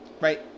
Right